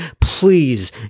please